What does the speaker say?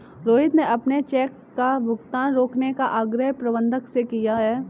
रोहित ने अपने चेक का भुगतान रोकने का आग्रह प्रबंधक से किया है